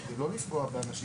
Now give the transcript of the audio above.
כדי לא לפגוע באנשים